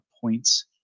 points